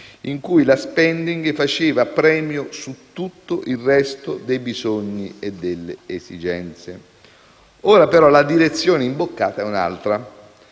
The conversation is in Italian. in cui la *spending review* faceva premio su tutto il resto dei bisogni e delle esigenze. Ora però la direzione imboccata è un'altra.